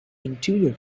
interior